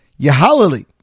Yahalili